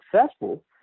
successful